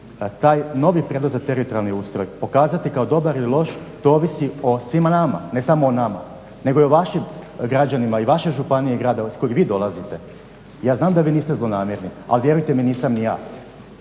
taj novi prelazak na teritorijalni ustroj pokazati kao dobar ili loš to ovisi o svima nama. Ne samo o nama nego i o vašim građanima i vaše županije i grada iz kojeg vi dolazite. Ja znam da vi niste zlonamjerni ali vjerujte mi nisam ni ja.